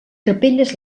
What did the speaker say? capelles